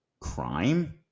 crime